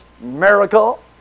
miracle